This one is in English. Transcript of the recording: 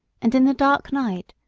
and in the dark night,